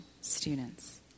students